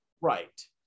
right